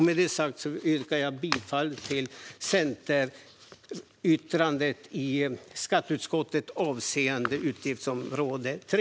Med detta sagt vill jag hänvisa till Centerpartiets särskilda yttrande i skatteutskottets betänkande avseende utgiftsområde 3.